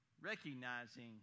Recognizing